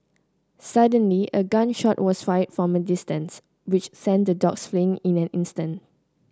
suddenly a gun shot was fired from a distance which sent the dogs fleeing in an instant